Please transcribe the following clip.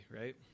right